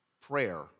prayer